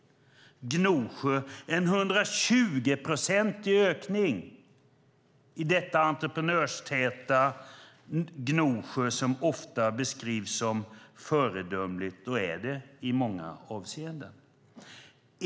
I Gnosjö var det en 120-procentig ökning, alltså i detta entreprenörstäta Gnosjö som ofta beskrivs som föredömligt och är det i många avseenden.